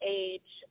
age